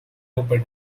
opened